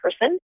person